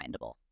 Findable